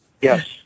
yes